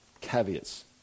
caveats